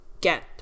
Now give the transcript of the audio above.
get